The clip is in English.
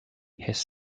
his